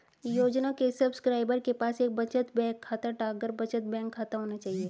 योजना के सब्सक्राइबर के पास एक बचत बैंक खाता, डाकघर बचत बैंक खाता होना चाहिए